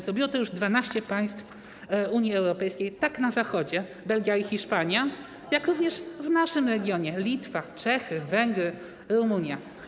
Zrobiło to już 12 państw Unii Europejskiej, na Zachodzie Belgia i Hiszpania, a w naszym regionie Litwa, Czechy, Węgry, Rumunia.